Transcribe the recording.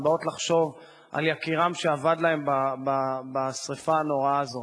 הן באות לחשוב על יקירן שאבד להן בשרפה הנוראה הזאת.